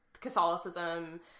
Catholicism